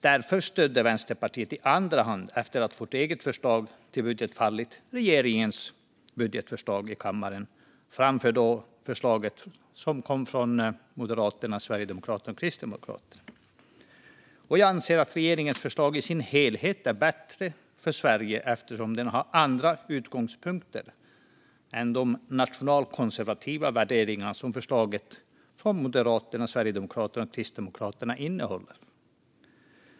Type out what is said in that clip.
Därför stödde vi i Vänsterpartiet i andra hand, efter att vårt eget förslag till budget hade fallit, regeringens budgetförslag i kammaren framför förslaget från Moderaterna, Sverigedemokraterna och Kristdemokraterna. Jag anser att regeringens förslag i sin helhet är bättre för Sverige eftersom det har andra utgångspunkter än de nationalkonservativa värderingar som förslaget från Moderaterna, Sverigedemokraterna och Kristdemokraterna innehåller.